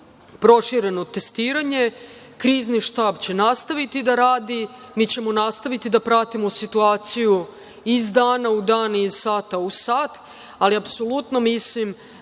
prošireno testiranje, Krizni štab će nastaviti da radi. Nastavićemo da pratimo situaciji iz dana u dan, iz sata u sat, ali apsolutno mislim